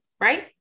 right